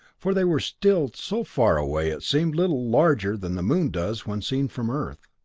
for they were still so far away it seemed little larger than the moon does when seen from earth.